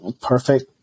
perfect